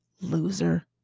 loser